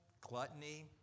gluttony